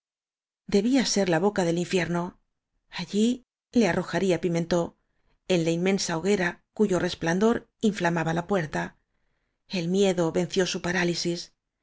debía ser la boca del infierno allí le arro jaría pimentó en la inmensa hoguera cuyo resplandor inflamaba la puerta el miedo ven ció su parálisis